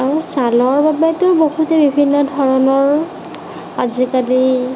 আৰু ছালৰ বাবেতো বহুতো বিভিন্ন ধৰণৰ আজিকালি